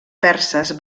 perses